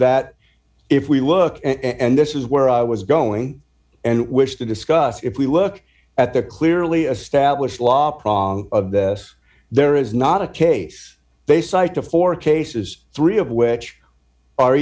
that if we look and this is where i was going and wish to discuss if we look at the clearly established law prong of this there is not a case based site of four cases three of which are